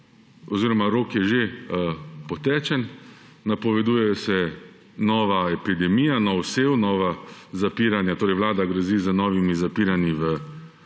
oziroma rok je že pretečen. Napoveduje se nova epidemija, nov sev, nova zapiranja, torej Vlada grozi z novimi zapiranji v